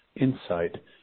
insight